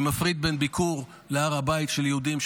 אני מפריד ביקור בהר הבית של יהודים,